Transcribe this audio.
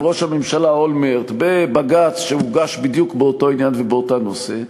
אצל ראש הממשלה אולמרט בבג"ץ שהוגש בדיוק באותו עניין ובאותו נושא,